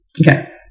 Okay